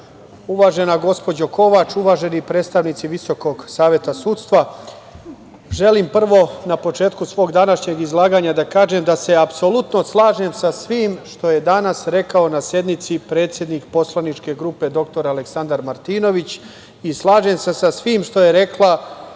gospođo Kovač, uvaženi predstavnici VSS, želim prvo na početku svog današnjeg izlaganja da kažem da se apsolutno slažem sa svim što je danas rekao na sednici predsednik poslaničke grupe dr Aleksandar Martinović i slažem se sa svim što je rekla